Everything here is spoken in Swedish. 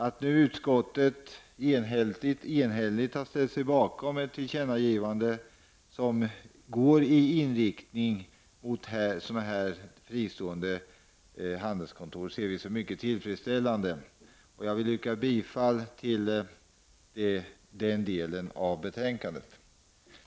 Att nu utskottet enhälligt har ställt sig bakom ett tillkännagivande som går i riktning mot att inrätta fristående handelskontor ser vi som mycket tillfredsställande. Jag yrkar bifall till utskottets hemställan i denna del.